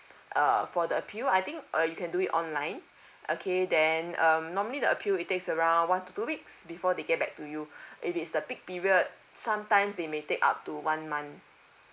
err for the appeal I think uh you can do it online okay then um normally the appeal it takes around one to two weeks before they get back to you if it's the peak period sometimes they may take up to one month